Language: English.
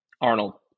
Arnold